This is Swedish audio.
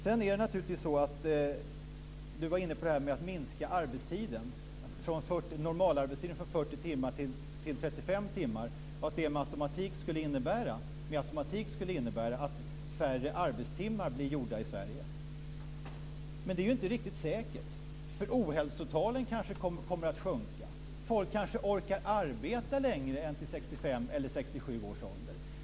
Lennart Klockare var inne på det här med att minska normalarbetstiden från 40 timmar till 35 timmar och att det med automatik skulle innebära att färre arbetstimmar blir gjorda i Sverige. Det är inte riktigt säkert. Ohälsotalen kanske kommer att sjunka. Folk kanske orkar arbeta längre än till 65 eller 67 års ålder.